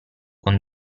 con